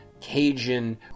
Cajun